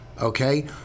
okay